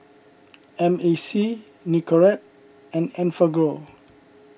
M A C Nicorette and Enfagrow